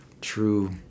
true